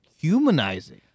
humanizing